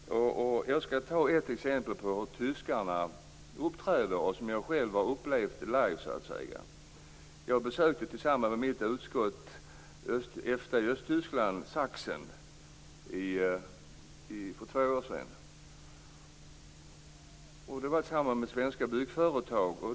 Jag skall ta ett exempel på hur tyskarna uppträder som jag själv har upplevt live. Jag besökte med mitt utskott Sachsen i f.d. Östtyskland för två år sedan, och det handlade om svenska byggföretag.